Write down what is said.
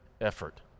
effort